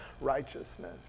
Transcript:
righteousness